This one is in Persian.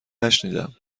نشنیدم